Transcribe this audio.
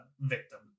victim